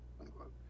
unquote